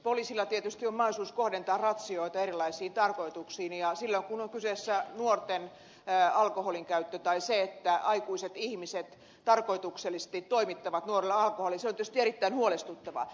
poliisilla tietysti on mahdollisuus kohdentaa ratsioita erilaisiin tarkoituksiin ja se että on kyseessä nuorten alkoholinkäyttö ja että aikuiset ihmiset tarkoituksellisesti toimittavat nuorelle alkoholia on tietysti erittäin huolestuttavaa